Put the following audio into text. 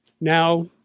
now